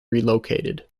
relocated